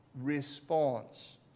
response